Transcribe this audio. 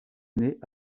année